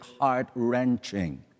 heart-wrenching